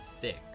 thick